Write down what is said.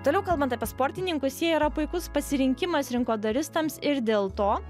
toliau kalbant apie sportininkus jie yra puikus pasirinkimas rinkodaristams ir dėl to